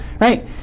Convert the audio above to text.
right